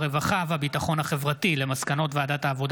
הודעת שר הרווחה והביטחון החברתי על מסקנות ועדת העבודה